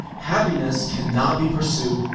happiness cannot be pursued.